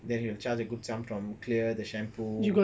then he will charge a good sum from clear the shampoo